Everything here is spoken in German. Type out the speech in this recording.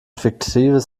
fiktives